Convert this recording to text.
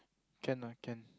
can lah can